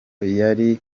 yari